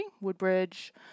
Woodbridge